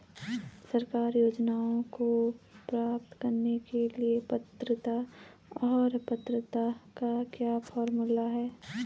सरकारी योजनाओं को प्राप्त करने के लिए पात्रता और पात्रता का क्या फार्मूला है?